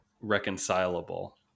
reconcilable